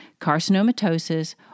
carcinomatosis